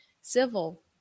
civil